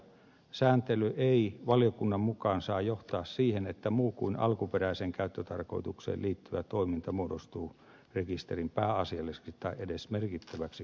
sääntely ei valiokunnan mukaan saa johtaa siihen että muu kuin alkuperäiseen käyttötarkoitukseen liittyvä toiminta muodostuu rekisterin pääasialliseksi tai edes merkittäväksi käyttötavaksi